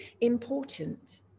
important